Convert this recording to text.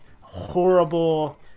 horrible